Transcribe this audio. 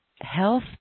health